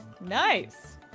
nice